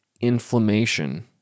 inflammation